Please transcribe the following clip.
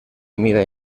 mida